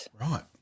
Right